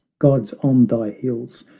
gods on thy hills,